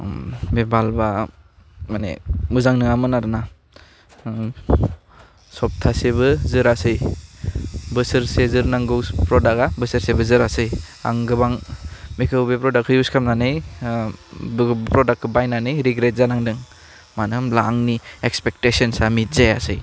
ओम बे बाल्भआ मानि मोजां नोङामोन आरो ना ओब सप्तासेबो जोरासै बोसोरसे जोरनांगौ प्रडाकआ बोसोरसेबो जोरासै आं गोबां बेखौ बे प्रडाकखौ इउस खामनानै ओह बो प्रडाकखौ बायनानै गिग्रेट जानांदों मानो होमब्ला आंनि एक्सपेकटेशन्सआ मिट जायासै